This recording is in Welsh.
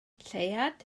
lleuad